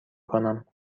کنم